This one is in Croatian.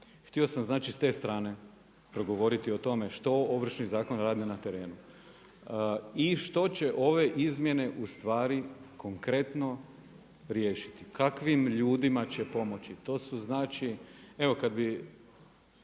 htio sam znači sa te strane progovoriti o tome što Ovršni zakon radi na terenu i što će ove izmjene ustvari konkretno riješiti, kakvim ljudima će pomoći. To su znači, evo kad bi